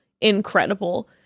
incredible